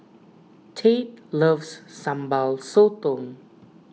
Tate loves Sambal Sotong